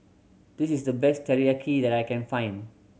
this is the best Teriyaki that I can find